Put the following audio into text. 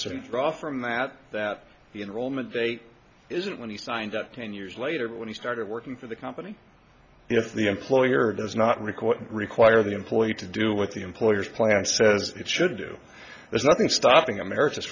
certain draw from that that the enrollment date isn't when he signed up ten years later when he started working for the company if the employer does not require require the employee to do what the employer's plan says it should do there's nothing stopping americans